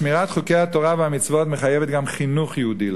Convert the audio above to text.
שמירת חוקי התורה והמצוות מחייבת גם חינוך יהודי לילדים.